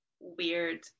weird